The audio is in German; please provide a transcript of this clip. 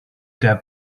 der